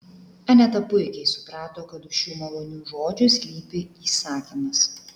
aneta puikiai suprato kad už šių malonių žodžių slypi įsakymas